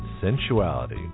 sensuality